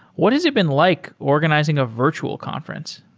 what has it been like organizing a virtual conference?